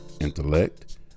intellect